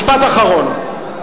משפט אחרון.